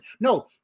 No